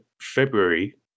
February